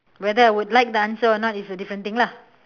whether I would like the answer or not it's a different thing lah